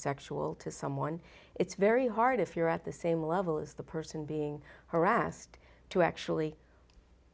sexual to someone it's very hard if you're at the same level as the person being harassed to actually